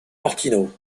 martino